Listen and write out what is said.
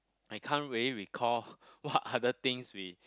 I can't really recall what other things we